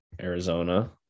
Arizona